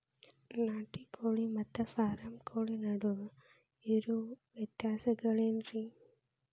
ನಾಟಿ ಕೋಳಿ ಮತ್ತ ಫಾರಂ ಕೋಳಿ ನಡುವೆ ಇರೋ ವ್ಯತ್ಯಾಸಗಳೇನರೇ?